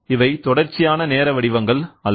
இவை தொடர்ச்சியான நேர வடிவங்கள் அல்ல